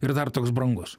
ir dar toks brangus